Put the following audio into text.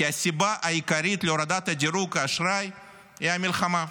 כי הסיבה העיקרית להורדת דירוג האשראי היא המלחמה.